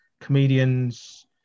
comedians